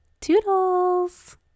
Toodles